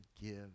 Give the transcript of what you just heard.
give